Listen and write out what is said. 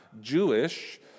Jewish